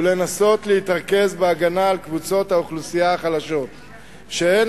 לנסות להתרכז בהגנה על קבוצות האוכלוסייה החלשות שהן